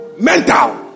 mental